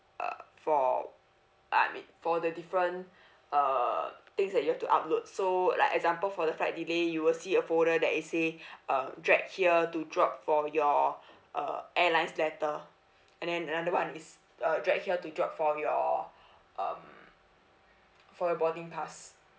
uh for I mean for the different uh things that you have to upload so like example for the flight delay you will see a folder that it say um drag here to drop for your uh airlines letter and then another one is uh drag here to drop for your um for your boarding pass